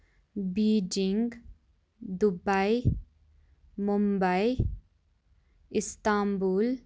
Beijing Dubai Mumbai Istanbul